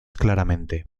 claramente